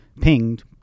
pinged